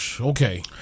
Okay